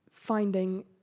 finding